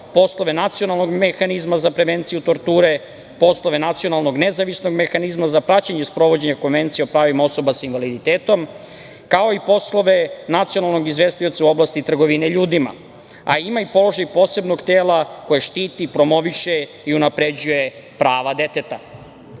poslove nacionalnog mehanizma za prevenciju torture, poslove nacionalnog nezavisnog mehanizma za praćenje sprovođenja konvencija o pravima osoba sa invaliditetom, kao i poslove nacionalnog izvestioca u oblasti trgovine ljudima, a ima i položaj posebnog tela koje štiti, promoviše i unapređuje prava deteta.